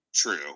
True